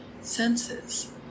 senses